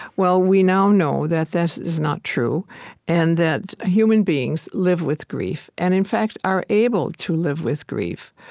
well, we now know that this is not true and that human beings live with grief and, in fact, are able to live with grief.